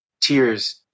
tears